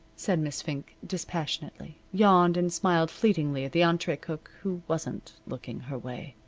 said miss fink, dispassionately, yawned, and smiled fleetingly at the entree cook who wasn't looking her way.